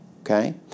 Okay